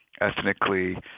ethnically